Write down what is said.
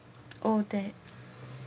oh that